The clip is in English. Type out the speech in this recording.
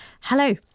Hello